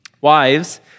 Wives